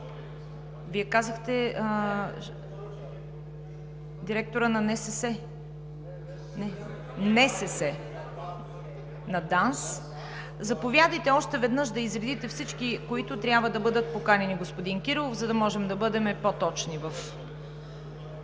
Вие казахте директорът на НСС, на ДАНС. Заповядайте още веднъж да изредите всички, които трябва да бъдат поканени, господин Кирилов, за да можем да бъдем по-точни в